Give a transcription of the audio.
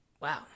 Wow